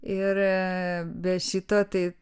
ir be šito tai